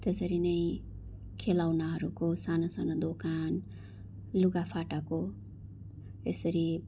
त्यसरी नै खेलौनाहरूको साना साना दोकान लुगा फाटाको यसरी